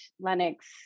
Lennox